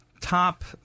top